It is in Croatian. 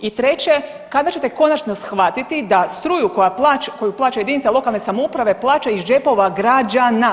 I treće, kada ćete konačno shvatiti da struju koju plaća jedinica lokalne samouprave plaća iz džepova građana?